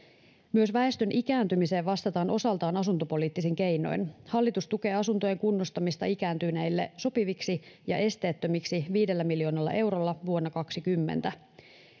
myös väestön ikääntymiseen vastataan osaltaan asuntopoliittisin keinoin hallitus tukee asuntojen kunnostamista ikääntyneille sopiviksi ja esteettömiksi viidellä miljoonalla eurolla vuonna kaksikymmentä